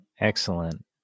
Excellent